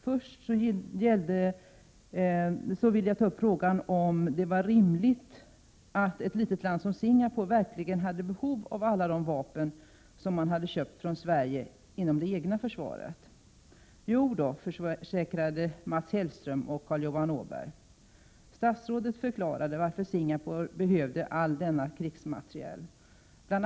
Först vill jag beröra frågan om huruvida det var rimligt att ett litet land som Singapore inom det egna försvaret verkligen hade behov av alla de vapen som Singapore hade köpt från Sverige. Jo då, försäkrade Mats Hellström och Carl Johan Åberg. Statsrådet förklarade varför Singapore behövde all denna krigsmateriel. Bl.